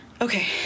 Okay